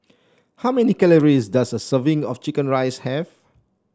how many calories does a serving of chicken rice have